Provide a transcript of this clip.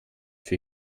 für